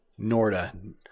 Norda